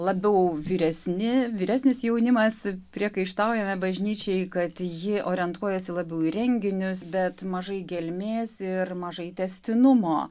labiau vyresni vyresnis jaunimas priekaištaujame bažnyčiai kad ji orientuojasi labiau į renginius bet mažai gelmės ir mažai tęstinumo